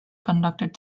conducted